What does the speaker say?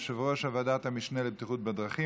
יושב-ראש ועדת המשנה לבטיחות בדרכים.